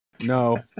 no